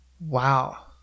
wow